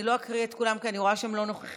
אני לא אקרא את כולם, כי אני רואה שהם לא נוכחים.